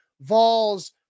Vols